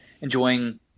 enjoying